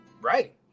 right